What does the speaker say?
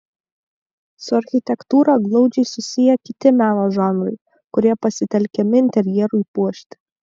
su architektūra glaudžiai susiję kiti meno žanrai kurie pasitelkiami interjerui puošti